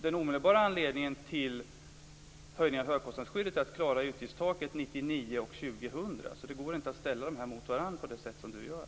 Den omedelbara anledningen till höjningen av högkostnadsskyddet är att man skall klara utgiftstaket 1999 och 2000. Därför går det inte att ställa dessa förslag mot varandra på det sätt som du gör.